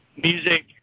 Music